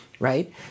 Right